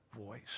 voice